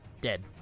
Dead